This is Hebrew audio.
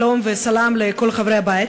שלום וסלאם לכל חברי הבית